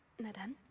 in again?